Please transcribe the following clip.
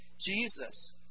Jesus